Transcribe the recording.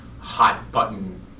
hot-button